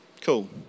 cool